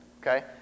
Okay